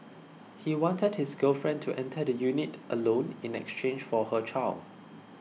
he wanted his girlfriend to enter the unit alone in exchange for her child